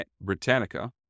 Britannica